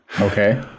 Okay